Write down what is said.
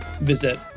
visit